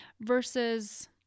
versus